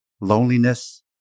loneliness